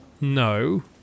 No